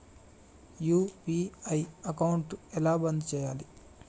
UPI account ఎలా బంద్ చేయాలి?